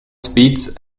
speeds